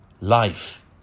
Life